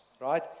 right